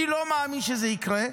אני לא מאמין שזה יקרה,